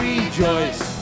Rejoice